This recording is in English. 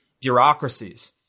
bureaucracies